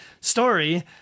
story